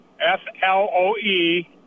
F-L-O-E